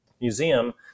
museum